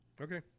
Okay